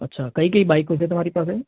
અચ્છા કઈ કઈ બાઈકો છે તમારી પાસે